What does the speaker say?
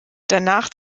danach